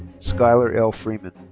skylar l. freeman.